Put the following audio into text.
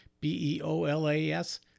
B-E-O-L-A-S